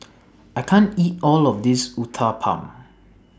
I can't eat All of This Uthapam